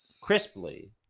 crisply